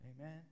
Amen